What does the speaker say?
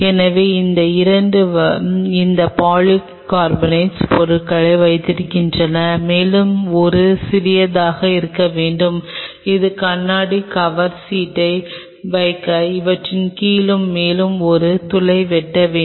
எனவே இந்த 2 பாலிகார்பனேட் பொருட்களை வைத்திருக்கின்றன மேலும் ஒரு சிறியதாக இருக்க வேண்டும் இது கண்ணாடி கவர் சீட்டை வைக்க இவற்றின் கீழும் மேலேயும் ஒரு துளை வெட்ட வேண்டும்